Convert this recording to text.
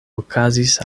okazis